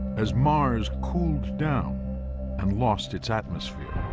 as mars cooled down and lost its atmosphere.